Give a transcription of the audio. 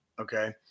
Okay